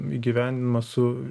įgyvendinama su